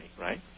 right